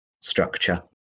structure